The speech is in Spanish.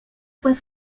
pues